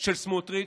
של סמוטריץ'.